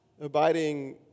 Abiding